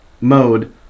mode